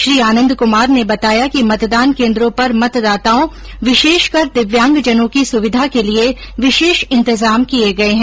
श्री आनन्द क्मार ने बताया कि मतदान केन्द्रों पर मतदाताओं विशेषकर दिव्यांगजनों की सुविधा के लिए विशेष इन्तजाम किए गए है